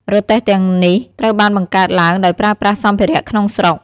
រទេះទាំងនេះ ត្រូវបានបង្កើតឡើងដោយប្រើប្រាស់សម្ភារៈក្នុងស្រុក។